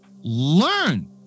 learn